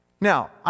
Now